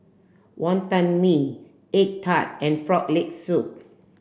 wonton mee egg tart and frog leg soup